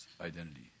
identity